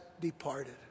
departed